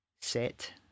set